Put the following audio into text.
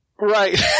Right